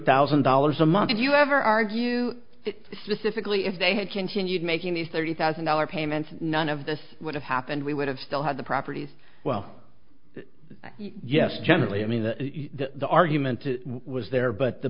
thousand dollars a month if you ever argue specifically if they had continued making these thirty thousand dollars payments none of this would have happened we would have still had the properties well yes generally i mean that the argument was there but the